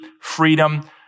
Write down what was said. freedom